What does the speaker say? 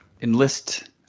enlist